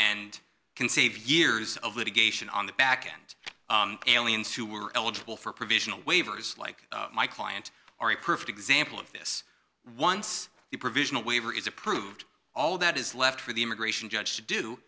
end can save years of litigation on the back end aliens who were eligible for provisional waivers like my client are a perfect example of this once the provisional waiver is approved all that is left for the immigration judge